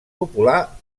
popular